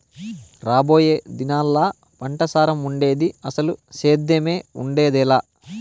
రాబోయే దినాల్లా పంటసారం ఉండేది, అసలు సేద్దెమే ఉండేదెలా